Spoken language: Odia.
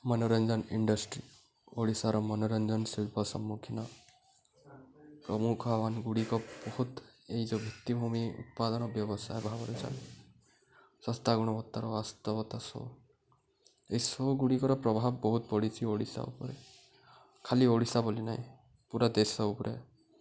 ମନୋରଞ୍ଜନ ଇଣ୍ଡଷ୍ଟ୍ରି ଓଡ଼ିଶାର ମନୋରଞ୍ଜନ ଶିଳ୍ପ ସମ୍ମୁଖୀନ ପ୍ରମୁଖ ଗୁଡ଼ିକ ବହୁତ ଏଇ ଯେଉଁ ଭିତ୍ତିଭୂମି ଉତ୍ପାଦନ ବ୍ୟବସାୟ ଭାବରେ ଚାଲିଛି ଶସ୍ତା ଗୁଣବତ୍ତାର ବାସ୍ତବତା ସବୁ ଏ ସବୁ ଗୁଡ଼ିକର ପ୍ରଭାବ ବହୁତ ପଡ଼ିଛି ଓଡ଼ିଶା ଉପରେ ଖାଲି ଓଡ଼ିଶା ବୋଲି ନାହିଁ ପୁରା ଦେଶ ଉପରେ